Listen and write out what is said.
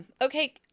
okay